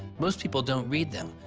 most people don't read them,